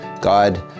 God